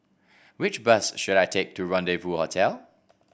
which bus should I take to Rendezvous Hotel